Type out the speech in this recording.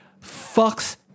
fucks